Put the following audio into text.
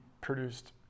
produced